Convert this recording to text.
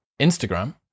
Instagram